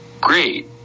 great